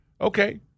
Okay